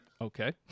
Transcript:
Okay